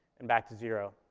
and back to zero.